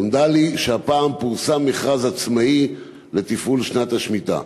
נודע לי שהפעם פורסם מכרז עצמאי לתפעול שנת השמיטה.